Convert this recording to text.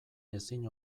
ezin